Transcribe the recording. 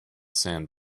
sand